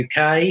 UK